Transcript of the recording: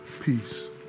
peace